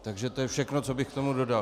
Takže to je všechno, co bych k tomu dodal.